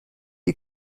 you